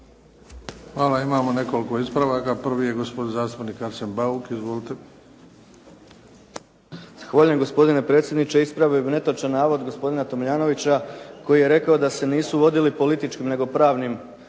Hvala. Imamo nekoliko ispravaka. Prvi je gospodin zastupnik Arsen Bauk. Izvolite. **Bauk, Arsen (SDP)** Zahvaljujem, gospodine predsjedniče. Ispravio bih netočan navod gospodina Tomljanovića koji je rekao da se nisu vodili političkim nego pravnim